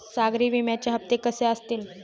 सागरी विम्याचे हप्ते कसे असतील?